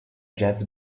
jazz